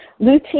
Lutein